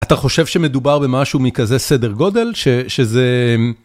אתה חושב שמדובר במשהו מכזה סדר גודל, שזה...